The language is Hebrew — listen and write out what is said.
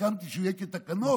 הסכמתי שהוא יהיה כתקנות,